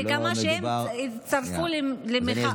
נקמה על זה שהם הצטרפו למחאה.